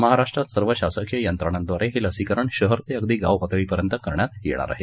महाराष्ट्रात सर्व शासकीय यंत्रणांद्वारे हे लसीकरण शहर ते अगदी गावपातळीपर्यंत करण्यात येणार आहे